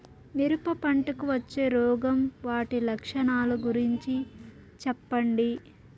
మిరప పంటకు వచ్చే రోగం వాటి లక్షణాలు గురించి చెప్పండి?